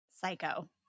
Psycho